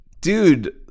Dude